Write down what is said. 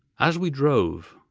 as we drove,